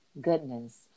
Goodness